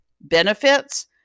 benefits